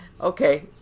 okay